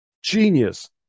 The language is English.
Genius